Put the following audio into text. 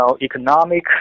economic